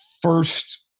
first